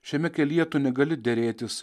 šiame kelyje tu negali derėtis